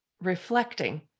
reflecting